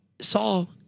Saul